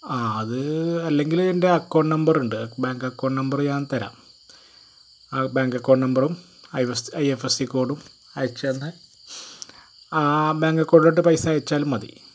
ആ അത് അല്ലെങ്കിലെൻ്റെ അക്കൗണ്ട് നമ്പറുണ്ട് ബാങ്ക് എക്കൗണ്ട് നമ്പർ ഞാൻ തരാം അ ബാങ്ക് അക്കൗണ്ട് നമ്പറും ഐ എഫ് എസ് സീ കോഡും അയച്ചു തന്നാൽ ആ ബാങ്ക് എക്കൗണ്ടിലോട്ട് പൈസ അയച്ചാലും മതി